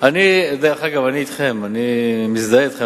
אני אתכם, אני מזדהה אתכם.